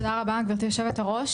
תודה רבה גבירתי היו"ר.